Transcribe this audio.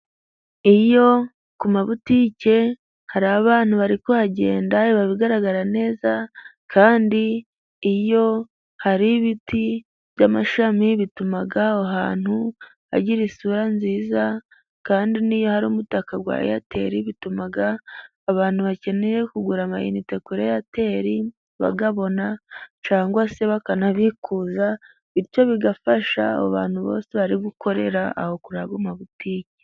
Iyo ku mabutike hari abantu bari kuhagenda biba bigaragara neza, kandi iyo hari ibiti by'amashami bituma aho ahantu hagira isura nziza. Kandi n'iyo hari umutaka wa eyateli, bituma abantu bakeneye kugura amayinite kuri eyateli bayabona cyangwa se bakanabikuza bityo bigafasha abo bantu bose bari gukorera aho kuri ayo mabutike.